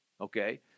okay